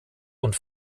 und